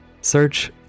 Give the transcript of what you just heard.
Search